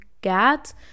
get